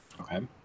Okay